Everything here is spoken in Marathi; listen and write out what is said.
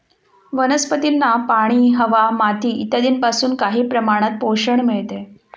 वनस्पतींना पाणी, हवा, माती इत्यादींपासून काही प्रमाणात पोषण मिळते